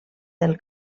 del